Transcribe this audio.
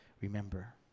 Remember